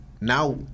now